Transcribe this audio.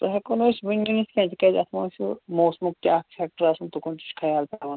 تۄہہِ ہیٚکو نہٕ أسۍ وُنہِ ؤنِتھ کیٚنٛہہ تہِ کیٛازِ اَتھ ما آسِو موسمُک تہِ اَکھ فیٚکٹَر آسان تورکُن تہِ چھُ خیال پیٚوان تھاوُن